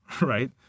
Right